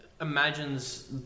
imagines